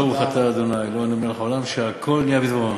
ברוך אתה ה' אלוהינו מלך העולם שהכול נהיה בדברו.